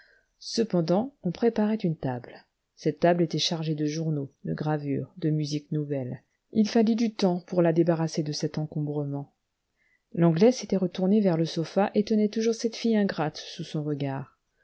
cependant on préparait une table cette table était chargée de journaux de gravures de musique nouvelle il fallut du temps pour la débarrasser de cet encombrement l'anglais s'était retourné vers le sofa et tenait toujours cette fille ingrate sous son regard